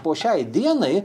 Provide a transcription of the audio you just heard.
po šiai dienai